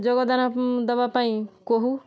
ଯୋଗଦାନ ଦବା ପାଇଁ କହୁ